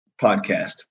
podcast